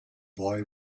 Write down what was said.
boy